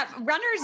runners